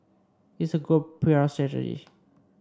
it's a good P R strategy